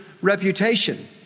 reputation